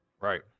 right